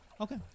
Okay